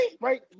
right